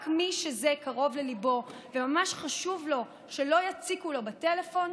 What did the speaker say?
רק מי שזה קרוב לליבו וממש חשוב לו שלא יציקו לו בטלפון,